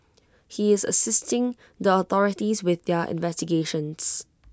he is assisting the authorities with their investigations